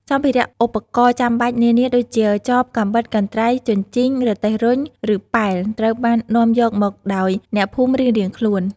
សម្ភារៈ ឧបករណ៍ចាំបាច់នានា ដូចជា ចប កាំបិត កន្ត្រៃ ជញ្ជីង រទេះរុញ ឬប៉ែល ត្រូវបាននាំយកមកដោយអ្នកភូមិរៀងៗខ្លួន។